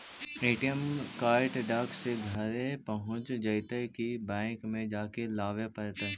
ATM card डाक से घरे पहुँच जईतै कि बैंक में जाके लाबे पड़तै?